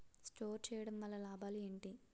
Store చేయడం వల్ల లాభాలు ఏంటి?